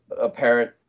apparent